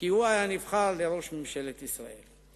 שהוא היה נבחר לראש ממשלת ישראל.